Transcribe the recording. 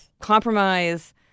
compromise